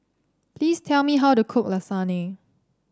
please tell me how to cook Lasagne